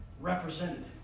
represented